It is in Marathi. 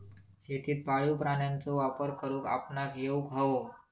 शेतीत पाळीव प्राण्यांचो वापर करुक आपणाक येउक हवो